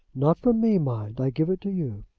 not from me, mind. i give it to you.